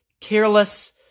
careless